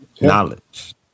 Knowledge